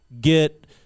get